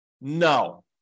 No